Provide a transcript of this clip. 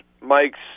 Mike's